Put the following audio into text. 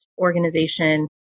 organization